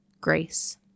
grace